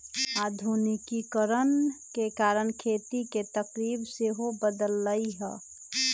आधुनिकीकरण के कारण खेती के तरकिब सेहो बदललइ ह